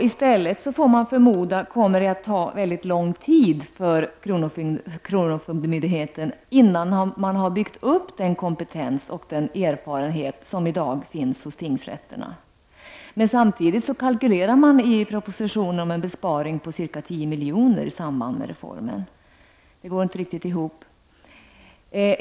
I stället får man förmoda att det kommer att ta mycket lång tid innan kronofogdemyndigheten har byggt upp den kompetens och den erfarenhet som i dag finns hos tingsrätterna. Samtidigt kalkyleras det i propositionen med en besparing på ca 10 miljoner i samband med reformen. Det går inte riktigt ihop.